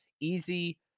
Easy